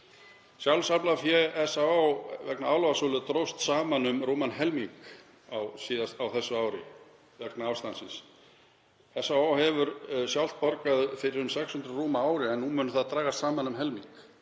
Sjálfsaflafé SÁÁ vegna álfasölu dróst saman um rúman helming á þessu ári vegna ástandsins. SÁÁ hefur sjálft borgað fyrir um 600 rúm á ári en nú mun það dragast saman um helming.